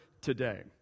today